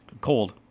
Cold